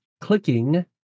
clicking